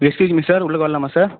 excuse me sir உள்ளே வரலாமா sir